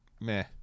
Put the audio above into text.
meh